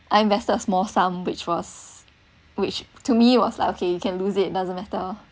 I invested a small sum which was which to me was okay you can lose it it doesn't matter